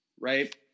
right